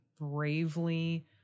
bravely